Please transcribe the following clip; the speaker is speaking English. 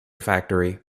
factory